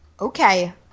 Okay